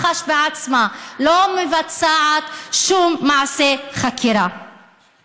מח"ש עצמה לא מבצעת שום מעשה חקירה,